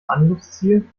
angriffsziel